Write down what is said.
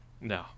No